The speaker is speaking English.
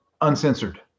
uncensored